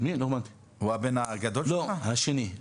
לא, השני.